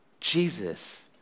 Jesus